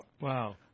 Wow